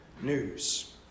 news